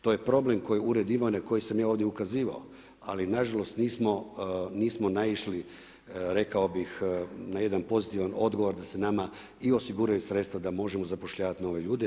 To je problem koji ured ima, na koji sam ja ovdje ukazivao, ali nažalost, nismo naišli rekao bih, na jedan pozitivan odgovor, da se nama i osiguraju sredstava da možemo zapošljavati nove ljude.